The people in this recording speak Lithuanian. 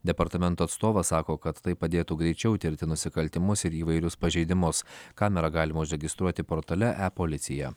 departamento atstovas sako kad tai padėtų greičiau tirti nusikaltimus ir įvairius pažeidimus kamerą galima užregistruoti portale epolicija